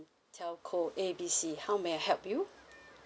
telco A B C how may I help you